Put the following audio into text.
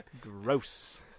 Gross